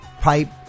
pipe